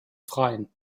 freien